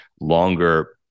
longer